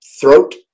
throat